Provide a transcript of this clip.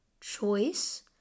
choice